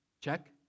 Check